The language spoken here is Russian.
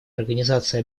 организации